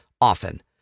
often